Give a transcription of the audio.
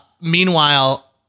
Meanwhile